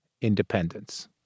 independence